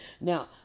Now